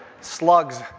slugs